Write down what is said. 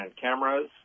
cameras